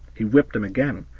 he whipped him again,